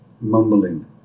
mumbling